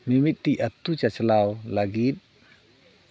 ᱢᱤᱢᱤᱫᱴᱤᱡ ᱟᱛᱳ ᱪᱟᱪᱞᱟᱣ ᱞᱟᱹᱜᱤᱫ